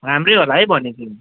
राम्रै होला है भनेपछि